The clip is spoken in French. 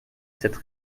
cette